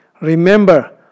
Remember